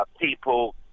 people